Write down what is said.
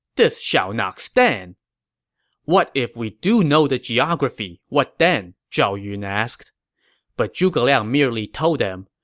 this shall not stand what if we do know the geography? what then? zhao yun asked but zhuge liang merely told them,